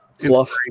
fluff